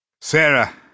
Sarah